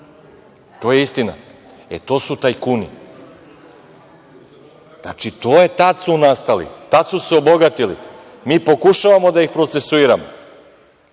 To je istina. E, to su tajkuni. Znači tada su nastali, tada su se obogatili. Mi pokušavamo da ih procesuiramo,